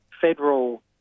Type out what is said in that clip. federal